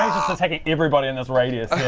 attacking everybody in this radius